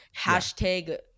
hashtag